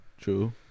True